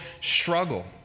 struggle